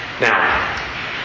Now